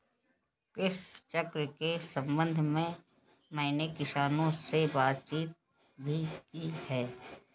कृषि चक्र के संबंध में मैंने किसानों से बातचीत भी की है